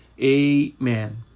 Amen